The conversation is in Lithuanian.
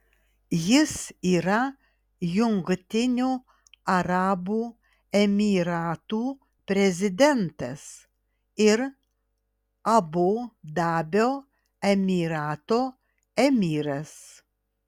jis yra jungtinių arabų emyratų prezidentas ir abu dabio emyrato emyras